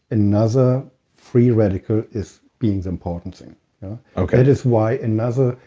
another free radical is being the important thing okay that is why another,